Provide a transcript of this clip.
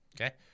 Okay